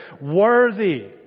Worthy